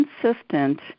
consistent